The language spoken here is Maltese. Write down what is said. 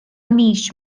mhix